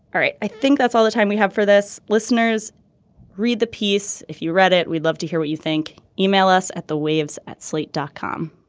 all right. i think that's all the time we have for this. listeners read the piece. if you read it we'd love to hear what you think. email us at the waves at slate dot com.